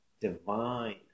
divine